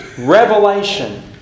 Revelation